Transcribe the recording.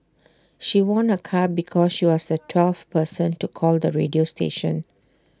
she won A car because she was the twelfth person to call the radio station